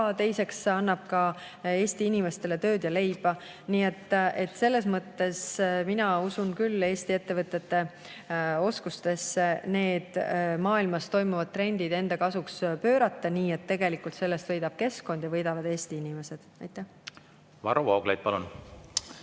teiseks annab ka Eesti inimestele tööd ja leiba. Nii et selles mõttes mina usun küll Eesti ettevõtete oskustesse maailmas toimuvad trendid enda kasuks pöörata nii, et sellest võidab keskkond ja võidavad Eesti inimesed. Varro Vooglaid, palun!